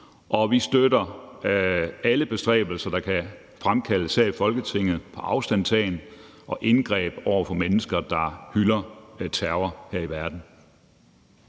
og vi støtter alle bestræbelser her i Folketinget på afstandtagen og indgreb over for mennesker, der hylder terror her i verden.